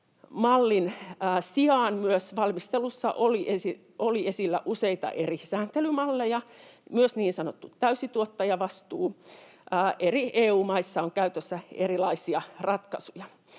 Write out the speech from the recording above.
yhteistoimintamallin sijaan myös valmistelussa oli esillä useita eri sääntelymalleja, myös niin sanottu täysi tuottajavastuu. Eri EU-maissa on käytössä erilaisia ratkaisuja,